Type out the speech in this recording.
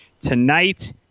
Tonight